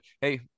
hey